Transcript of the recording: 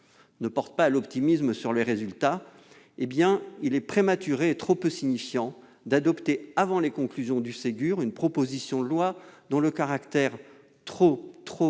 ne portent pas à l'optimisme sur ses résultats, il est prématuré et trop peu signifiant d'adopter, avant ses conclusions, une proposition de loi dont le caractère beaucoup trop